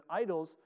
idols